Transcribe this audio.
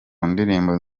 ndirimbo